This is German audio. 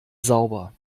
sauber